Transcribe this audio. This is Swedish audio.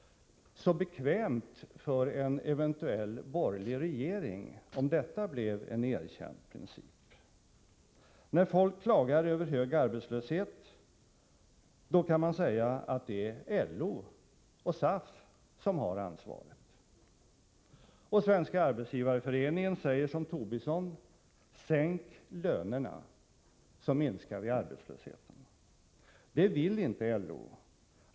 Så bekvämt för en eventuell borgerlig regering, om detta blev en erkänd princip! När folk klagar över hög arbetslöshet, då kan man säga att det är LO och SAF som har ansvaret. Och Svenska arbetsgivareföreningen säger som Tobisson: Sänk lönerna, så minskar vi arbetslösheten! Det vill inte LO.